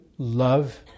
Love